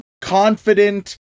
confident